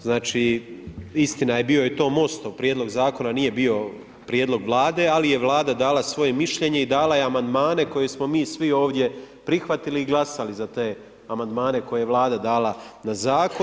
Znači istina, bio je to Mostov prijedlog zakona, nije bio prijedlog Vlade, ali je Vlada dala svoje mišljenje i dala je amandmane koje smo mi svi ovdje prihvatili i glasali za te amandmane koje je Vlada dala na zakon.